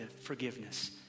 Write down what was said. forgiveness